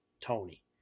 Tony